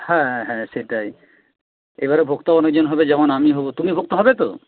হ্যাঁ হ্যাঁ সেটাই এবারে ভক্ত অনেকজন হবে যেমন আমি হব তুমি ভক্ত হবে তো